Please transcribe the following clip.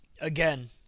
again